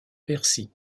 bercy